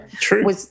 True